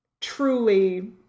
truly